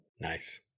Nice